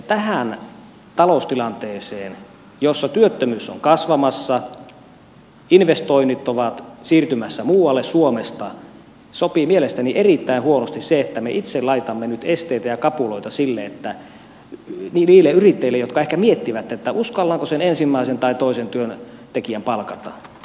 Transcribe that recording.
tähän taloustilanteeseen jossa työttömyys on kasvamassa investoinnit ovat siirtymässä muualle suomesta sopii mielestäni erittäin huonosti se että me itse laitamme nyt esteitä ja kapuloita niille yrittäjille jotka ehkä miettivät että uskallanko sen ensimmäisen tai toisen työntekijän palkata